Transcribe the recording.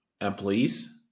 employees